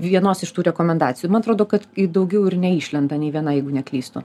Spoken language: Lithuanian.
vienos iš tų rekomendacijų man atrodo kad daugiau ir neišlenda nei viena jeigu neklystu